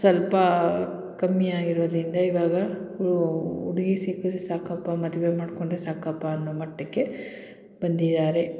ಸ್ವಲ್ಪ ಕಮ್ಮಿಯಾಗಿರೋದ್ರಿಂದ ಇವಾಗ ಹುಡ್ಗಿ ಸಿಕ್ಕಿದ್ರ್ ಸಾಕಪ್ಪ ಮದುವೆ ಮಾಡಿಕೊಂಡ್ರೆ ಸಾಕಪ್ಪ ಅನ್ನೋ ಮಟ್ಟಕ್ಕೆ ಬಂದಿದ್ದಾರೆ